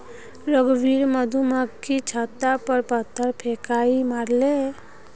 रघुवीर मधुमक्खीर छततार पर पत्थर फेकई मारले